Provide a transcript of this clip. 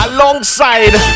Alongside